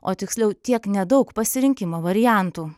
o tiksliau tiek nedaug pasirinkimo variantų